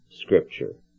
Scripture